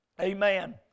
Amen